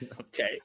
Okay